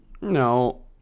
No